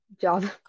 Job